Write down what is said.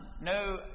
No